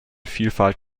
vielfalt